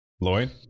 Lloyd